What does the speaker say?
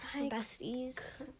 besties